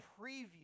preview